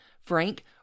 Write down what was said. Frank